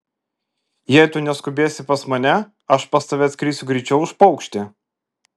jei tu neskubėsi pas mane aš pas tave atskrisiu greičiau už paukštį